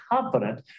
confident